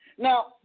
Now